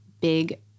big